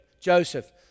Joseph